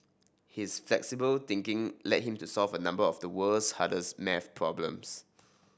his flexible thinking led him to solve a number of the world's hardest math problems